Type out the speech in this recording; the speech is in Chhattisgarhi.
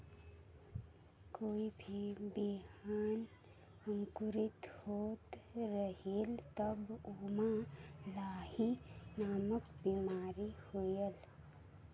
कोई भी बिहान अंकुरित होत रेहेल तब ओमा लाही नामक बिमारी होयल?